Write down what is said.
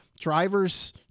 drivers